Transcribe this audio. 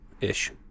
Ish